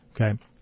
Okay